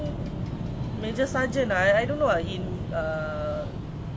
they throw malays everywhere but the army